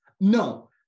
no